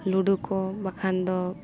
ᱞᱩᱰᱩ ᱠᱚ ᱵᱟᱠᱷᱟᱱ ᱫᱚ